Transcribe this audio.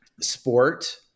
sport